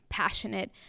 Passionate